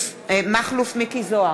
מכלוף מיקי זוהר,